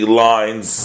lines